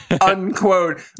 unquote